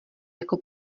jako